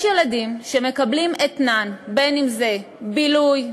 יש ילדים שמקבלים אתנן, אם בילוי,